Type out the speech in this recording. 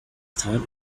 time